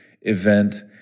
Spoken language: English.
event